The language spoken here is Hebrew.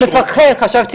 אה, מפקחים, חשבתי